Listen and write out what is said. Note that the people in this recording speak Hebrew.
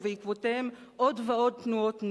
ובעקבותיהם עוד ועוד תנועות נוער.